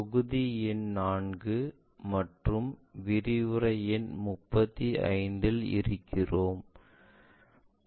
தொகுதி எண் 4 மற்றும் விரிவுரை எண் 38 இல் இருக்கிறோம்